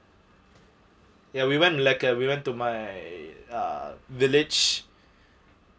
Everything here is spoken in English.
ya we went like uh we went to my uh village